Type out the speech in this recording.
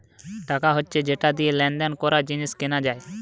টাকা হচ্ছে যেটা দিয়ে লেনদেন করা, জিনিস কেনা যায়